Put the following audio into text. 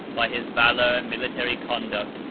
by his valor and military conduct,